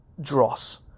dross